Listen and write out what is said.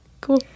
Cool